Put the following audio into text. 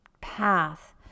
path